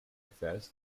refers